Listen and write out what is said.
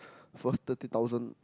first thirty thousand